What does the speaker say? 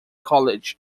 college